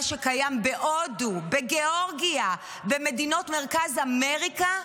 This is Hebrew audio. מה שקיים בהודו, בגיאורגיה, במדינות מרכז אמריקה,